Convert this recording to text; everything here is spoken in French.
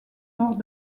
lors